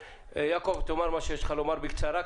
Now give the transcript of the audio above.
חבר הכנסת יעקב אשר, תאמר מה שיש לך לומר בקצרה.